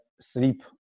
sleep